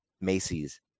Macy's